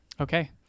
Okay